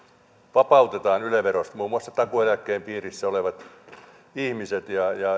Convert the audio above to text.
vapautetaan yle verosta muun muassa takuueläkkeen piirissä olevat ihmiset